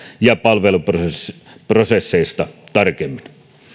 ja palveluprosesseista tarkemmin